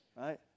right